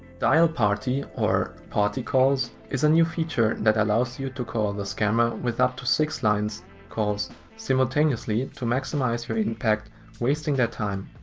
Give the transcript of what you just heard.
dialparty or party calls is a new feature that allows you to call the scammer with up to six lines calls simultaneously to maximize your impact wasting their time.